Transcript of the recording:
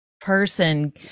person